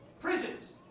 Prisons